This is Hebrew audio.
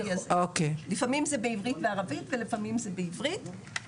לפעמים זה בעברית וערבית ולפעמים זה בעברית,